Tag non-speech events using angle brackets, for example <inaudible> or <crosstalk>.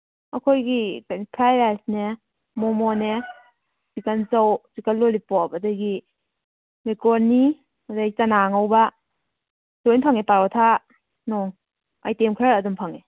ꯑꯩꯈꯣꯏꯒꯤ <unintelligible> fry rice ꯅꯦ ꯃꯣꯃꯣ ꯅꯦ ꯆꯤꯛꯀꯟ ꯆꯧ ꯆꯤꯛꯀꯟ ꯂꯣꯂꯤꯄꯣꯞ ꯑꯗꯒꯤ ꯃꯦꯀ꯭ꯔꯣꯅꯤ ꯑꯗꯒꯤ ꯆꯅꯥ ꯑꯉꯧꯕ ꯂꯣꯏ ꯐꯪꯉꯦ ꯄꯔꯣꯊꯥ ꯅꯨꯡ ꯑꯥꯏꯇꯦꯝ ꯈꯔ ꯑꯗꯨꯝ ꯐꯪꯉꯦ